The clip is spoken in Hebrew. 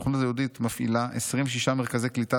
הסוכנות היהודית מפעילה 26 מרכזי קליטה